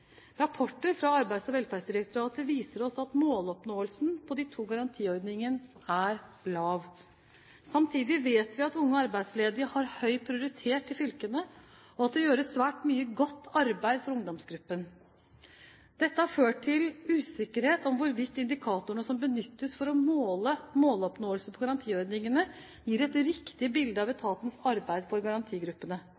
Rapporter fra Arbeids- og velferdsdirektoratet viser oss at måloppnåelsen på de to garantiordningene er lav. Samtidig vet vi at unge arbeidsledige har høy prioritet i fylkene, og at det gjøres svært mye godt arbeid for ungdomsgruppen. Dette har ført til usikkerhet om hvorvidt indikatorene som benyttes for å måle måloppnåelsen på garantiordningene, gir et riktig bilde av